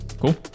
Cool